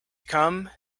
come